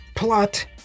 plot